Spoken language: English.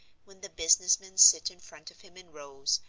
when the businessmen sit in front of him in rows,